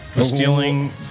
stealing